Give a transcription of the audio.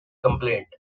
complained